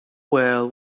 well